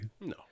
No